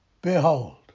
Behold